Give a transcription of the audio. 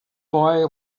boy